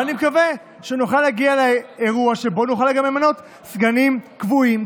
ואני מקווה שנוכל להגיע לאירוע שבו נוכל גם למנות סגנים קבועים.